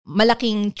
malaking